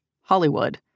Hollywood